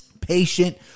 patient